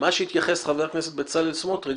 מה שהתייחס חבר הכנסת בצלאל סמוטריץ,